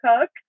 cook